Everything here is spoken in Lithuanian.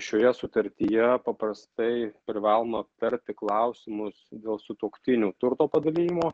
šioje sutartyje paprastai privaloma per klausimus dėl sutuoktinių turto padalijimo